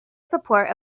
support